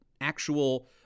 Actual